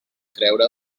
creure